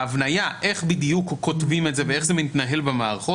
ההבניה איך בדיוק כותבים את זה ואיך זה מתנהל במערכות,